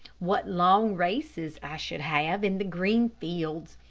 what long races i should have in the green fields.